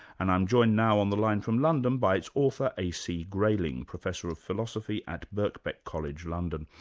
and i'm joined now on the line from london by its author, a. c. grayling, professor of philosophy at birkbeck college, london.